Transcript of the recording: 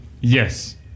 Yes